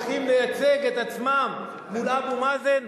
שהולכים לייצג את עצמם מול אבו מאזן,